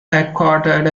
headquartered